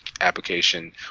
application